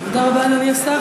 תודה רבה, אדוני השר.